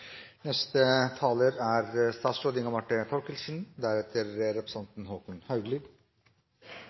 Neste taler er representanten